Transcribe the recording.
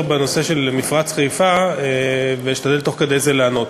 בנושא של מפרץ חיפה ואשתדל תוך כדי זה לענות.